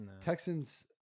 Texans